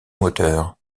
moteur